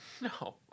No